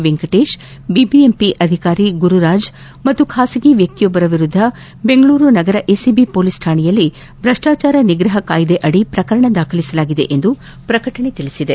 Venkatesh BBMP ಅಧಿಕಾರಿ ಗುರುರಾಜ್ ಮತ್ತು ಖಾಸಗಿ ವ್ಯಕ್ತಿಯೊಬ್ಬರ ವಿರುದ್ಧ ಬೆಂಗಳೂರು ನಗರ ಎಸಿಬಿ ಪೊಲೀಸ್ ಠಾಣೆಯಲ್ಲಿ ಭ್ರಷ್ಟಾಚಾರ ನಿಗ್ರಹ ಕಾಯ್ದೆಯಡಿ ಪ್ರಕರಣ ದಾಖಲಿಸಲಾಗಿದೆ ಎಂದು ಪ್ರಕಟಣೆ ತಿಳಿಸಿದೆ